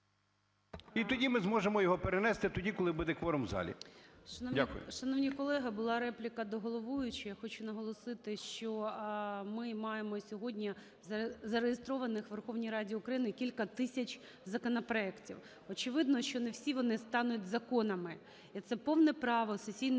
І тоді ми зможемо його перенести, тоді, коли буде кворум в залі.